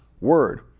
word